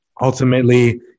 ultimately